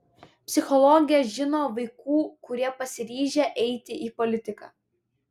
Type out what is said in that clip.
psichologė žino vaikų kurie pasiryžę eiti į politiką